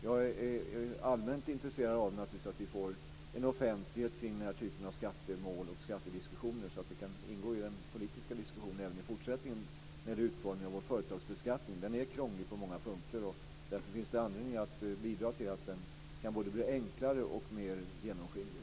Jag är naturligtvis allmänt intresserad av att vi får en offentlighet kring den här typen av skattemål, så att de även i fortsättningen kan tas upp i den politiska diskussionen om utformningen av vår företagsbeskattning. Denna är krånglig på många punkter, och det finns anledning att göra den både enklare och mer genomskinlig.